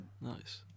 nice